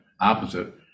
opposite